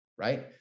right